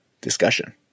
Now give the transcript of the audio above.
discussion